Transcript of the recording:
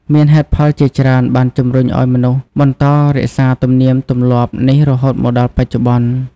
មានហេតុផលជាច្រើនបានជំរុញឱ្យមនុស្សបន្តរក្សាទំនៀមទម្លាប់នេះរហូតមកដល់បច្ចុប្បន្ន។